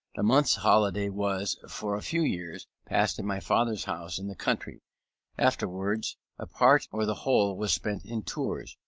the month's holiday was, for a few years, passed at my father's house in the country afterwards a part or the whole was spent in tours,